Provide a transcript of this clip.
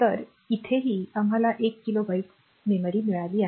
तर इथेही आम्हाला एक किलो बाईट मिळाली